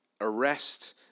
arrest